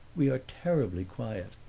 we are terribly quiet.